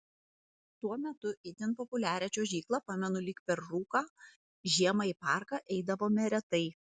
tuo metu itin populiarią čiuožyklą pamenu lyg per rūką žiemą į parką eidavome retai